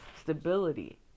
stability